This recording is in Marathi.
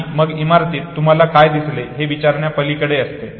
आणि मग इमारतीत तुम्हाला काय दिसले हे विचारण्यापलीकडे असते